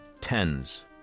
tens